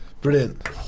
Brilliant